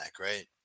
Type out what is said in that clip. right